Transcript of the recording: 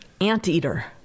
Anteater